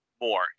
more